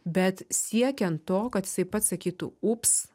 bet siekiant to kad jisai pats sakytų ups